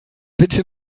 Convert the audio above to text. bitte